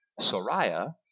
Soraya